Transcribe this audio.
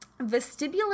vestibular